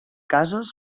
casos